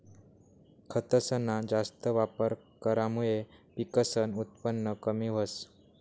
खतसना जास्त वापर करामुये पिकसनं उत्पन कमी व्हस